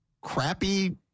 crappy